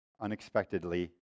unexpectedly